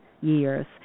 years